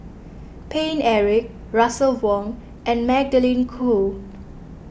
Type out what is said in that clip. Paine Eric Russel Wong and Magdalene Khoo